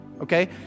Okay